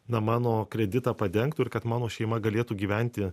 na mano kreditą padengtų ir kad mano šeima galėtų gyventi